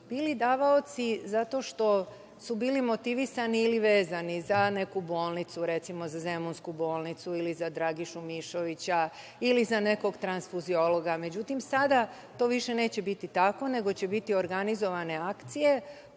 bili davaoci zato što su bili motivisani ili vezani za neku bolnicu, recimo za Zemunsku bolnicu ili za Dragišu Mišovića, ili za nekog transfuziologa. Međutim, sada to više neće biti tako, nego će biti organizovane akcije